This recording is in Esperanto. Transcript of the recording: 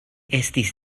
estis